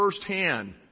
firsthand